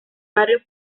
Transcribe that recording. barrio